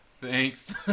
Thanks